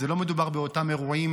לא מדובר באותם אירועים,